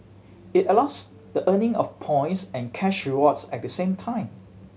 it allows the earning of points and cash rewards at the same time